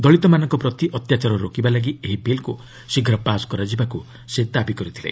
ଦଳିତମାନଙ୍କ ପ୍ରତି ଅତ୍ୟାଚାର ରୋକିବା ଲାଗି ଏହି ବିଲ୍କୁ ଶୀଘ୍ର ପାସ୍ କରାଯିବାକୁ ସେ ଦାବି କରିଥିଲେ